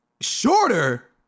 Shorter